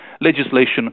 legislation